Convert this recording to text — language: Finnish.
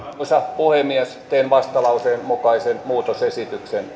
arvoisa puhemies teen vastalauseen mukaisen muutosesityksen